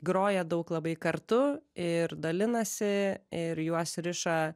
groja daug labai kartu ir dalinasi ir juos riša